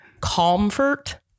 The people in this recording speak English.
comfort